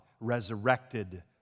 resurrected